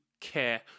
care